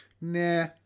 nah